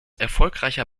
erfolgreicher